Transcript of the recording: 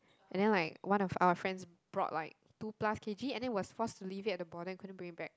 and then like one of our friends brought like two plus K_G and then was forced to leave it at the border and couldn't bring it back